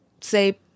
say